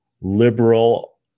liberal